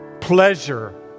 pleasure